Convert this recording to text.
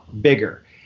bigger